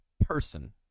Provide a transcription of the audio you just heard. person